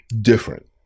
different